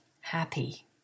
happy